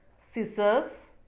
scissors